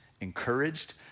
encouraged